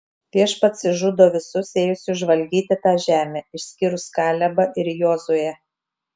viešpats išžudo visus ėjusius žvalgyti tą žemę išskyrus kalebą ir jozuę